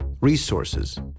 resources